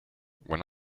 when